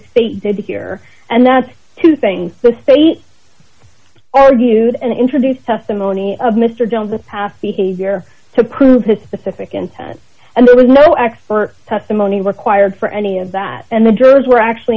state did here and that's two things the state all gude and introduce testimony of mr jones the past behavior to prove his specific intent and there was no expert testimony required for any of that and the jurors were actually